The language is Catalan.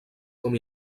com